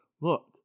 look